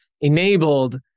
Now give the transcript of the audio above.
enabled